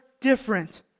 different